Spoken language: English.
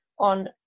on